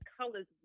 colors